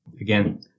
Again